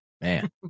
man